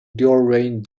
during